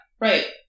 Right